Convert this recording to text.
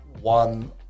one